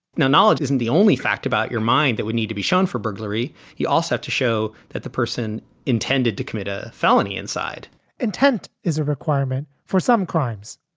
no knowledge isn't the only fact about your mind that would need to be shown for burglary you also have to show that the person intended to commit a felony inside intent is a requirement for some crimes,